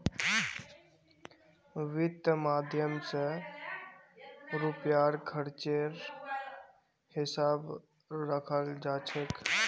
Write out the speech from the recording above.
वित्त माध्यम स रुपयार खर्चेर हिसाब रखाल जा छेक